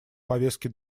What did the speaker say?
повестке